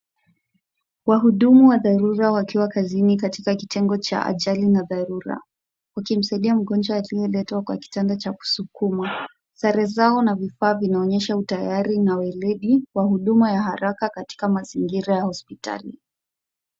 Wahudumu wa dharura wakiwa kazini katika kitengo cha ajali na dharura, ukimsaidia mgonjwa aliyeletwa kwa kitanda cha kusukumwa. Sare zao na vifaa vinaonyeha utayari na ueledi wa huduma ya haraka katika mazingira ya hospitali.